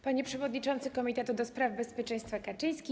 Panie Przewodniczący Komitetu ds. Bezpieczeństwa Kaczyński!